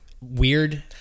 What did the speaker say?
weird